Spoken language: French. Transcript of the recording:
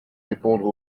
répondre